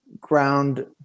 Ground